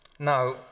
Now